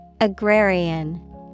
Agrarian